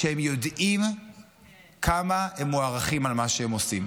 שהם יודעים כמה הם מוערכים על מה שהם עושים.